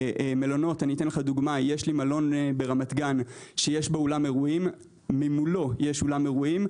יש מלון ברמת גן שיש בו אולם אירועים ומולו יש אולם אירועים.